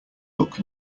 look